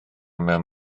mewn